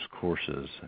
courses